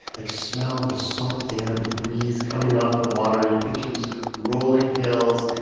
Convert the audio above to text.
like, smell the salt air, the breeze coming off the water. you picture these rolling hills.